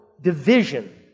division